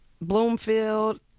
Bloomfield